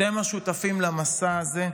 אתם השותפים למסע הזה.